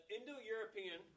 Indo-European